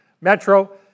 metro